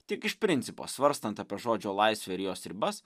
tik iš principo svarstant apie žodžio laisvę ir jos ribas